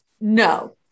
no